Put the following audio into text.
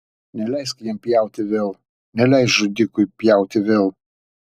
neleisk jam pjauti vėl neleisk žudikui pjauti vėl